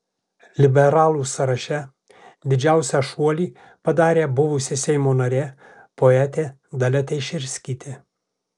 liberalų sąraše didžiausią šuolį padarė buvusi seimo narė poetė dalia teišerskytė